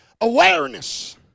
Awareness